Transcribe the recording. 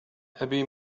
أبي